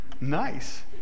Nice